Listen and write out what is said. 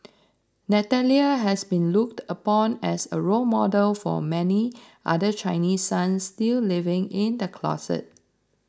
Natalia has been looked upon as a role model for many other Chinese sons still living in the closet